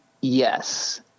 Yes